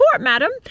madam